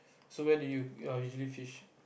so where do you you are usually fish